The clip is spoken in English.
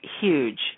huge